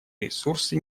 ресурсы